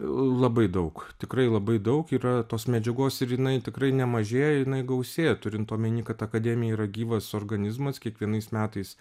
labai daug tikrai labai daug yra tos medžiagos ir jinai tikrai nemažėja jinai gausė turint omeny kad akademija yra gyvas organizmas kiekvienais metais